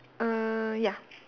err ya